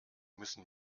müssen